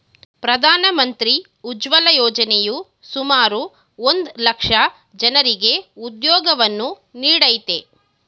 ಪ್ರಧಾನ ಮಂತ್ರಿ ಉಜ್ವಲ ಯೋಜನೆಯು ಸುಮಾರು ಒಂದ್ ಲಕ್ಷ ಜನರಿಗೆ ಉದ್ಯೋಗವನ್ನು ನೀಡಯ್ತೆ